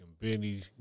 Benny